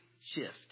shift